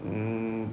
mm